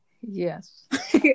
Yes